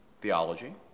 theology